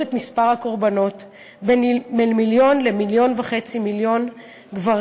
את מספר הקורבנות במיליון עד מיליון וחצי גברים,